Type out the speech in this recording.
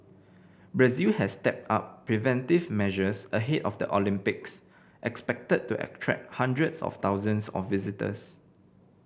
Brazil has stepped up preventive measures ahead of the Olympics expected to attract hundreds of thousands of visitors